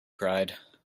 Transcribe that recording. cried